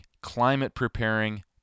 climate-preparing